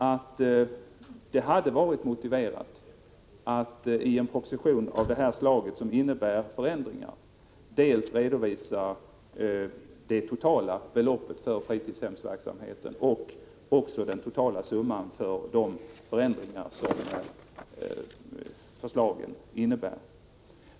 Jag tycker personligen att det i en proposition av det här slaget, som innebär förändringar, hade varit motiverat att redovisa dels det totala beloppet för fritidshemsverksamheten, dels den totala summan för de förändringar som förslagen innebär.